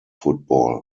football